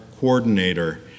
coordinator